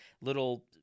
little